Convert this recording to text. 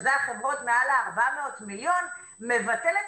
שזה החברות מעל ה-400 מיליון מבטל את